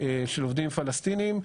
של עובדים פלסטינים,